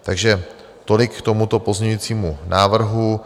Takže tolik k tomuto pozměňovacímu návrhu.